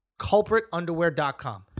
Culpritunderwear.com